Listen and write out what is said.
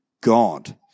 God